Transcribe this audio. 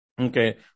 Okay